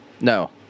No